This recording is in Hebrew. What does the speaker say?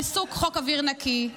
ריסוק חוק אוויר נקי,